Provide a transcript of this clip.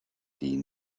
die